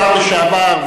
כשר לשעבר,